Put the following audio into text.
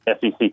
SEC